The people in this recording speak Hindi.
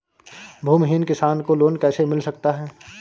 भूमिहीन किसान को लोन कैसे मिल सकता है?